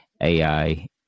AI